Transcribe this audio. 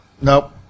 Nope